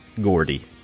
Gordy